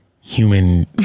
human